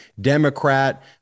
Democrat